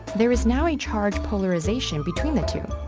there is now a charge polarization between the two.